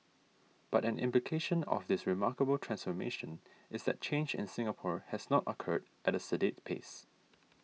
but an implication of this remarkable transformation is that change in Singapore has not occurred at a sedate pace